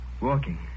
walking